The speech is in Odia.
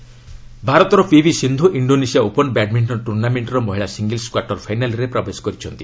ବ୍ୟାଡ୍ମିଣ୍ଟନ୍ ଭାରତର PV Sindhu Indonesia open badminton ଟୁର୍ଣ୍ଣାମେଣ୍ଟର ମହିଳା ସିଙ୍ଗଲସ୍ କ୍ୱାର୍ଟର୍ ଫାଇନାଲ୍ରେ ପ୍ରବେଶ କରିଛନ୍ତି